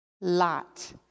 lot